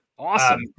Awesome